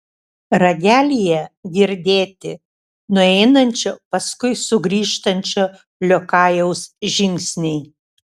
ragelyje girdėti nueinančio paskui sugrįžtančio liokajaus žingsniai